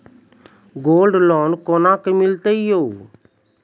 Gold loan कोना के मिलते यो?